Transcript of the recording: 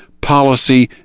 policy